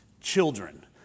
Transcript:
Children